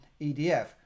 edf